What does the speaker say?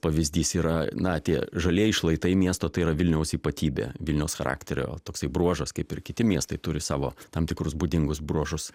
pavyzdys yra na tie žalieji šlaitai miesto tai yra vilniaus ypatybė vilniaus charakterio toksai bruožas kaip ir kiti miestai turi savo tam tikrus būdingus bruožus